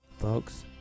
folks